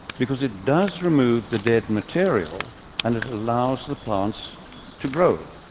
because it does remove the dead material and it allows the plants to grow.